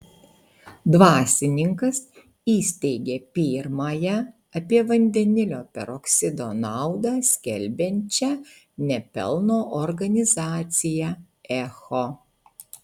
dvasininkas įsteigė pirmąją apie vandenilio peroksido naudą skelbiančią ne pelno organizaciją echo